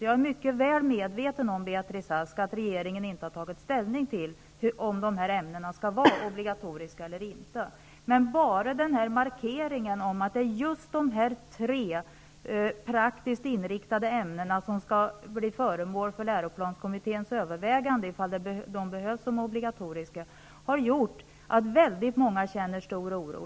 Jag är mycket väl medveten om att regeringen ännu inte har tagit ställning till frågan, om de här ämnena skall vara obligatoriska eller inte. Men bara markeringen att det är just de här tre praktiskt inriktade ämnena som skall göras till föremål för läroplanskommitténs överväganden av om de behövs som obligatoriska har gjort att många känner stor oro.